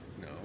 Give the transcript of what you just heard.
No